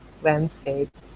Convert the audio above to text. landscape